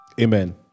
Amen